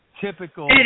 typical